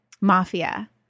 Mafia